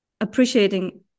appreciating